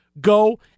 go